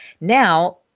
now